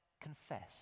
confess